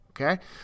Okay